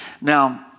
Now